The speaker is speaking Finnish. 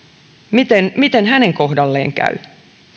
miten miten hänen kohdallaan käy